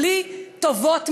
בלי טובות מבחוץ,